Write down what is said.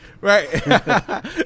Right